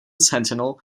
sentinel